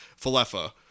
Falefa